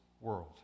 world